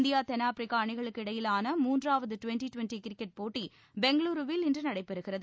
India தென்னாப்பிரிக்கா அணிகளுக்கு இடையிலான மூன்றாவது ட்வெண்ட்டி ட்வெண்ட்டி கிரிக்கெட் போட்டி பெங்களூருவில் இன்று நடைபெறுகிறது